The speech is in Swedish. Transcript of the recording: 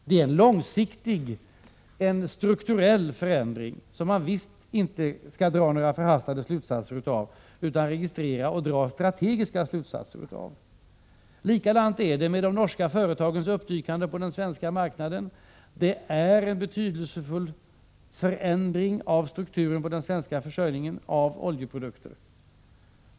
Det är en långsiktig strukturell förändring som man visst inte skall dra några förhastade slutsatser av utan registrera och dra strategiska slutsatser av. Likadant är det med de norska företagens uppdykande på den svenska marknaden. Det är en betydelsefull förändring av strukturen på den svenska försörjningen av oljeprodukter.